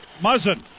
Muzzin